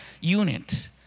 unit